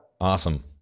Awesome